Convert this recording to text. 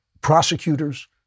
prosecutors